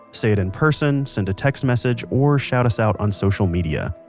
say it in person, send a text message, or shout us out on social media.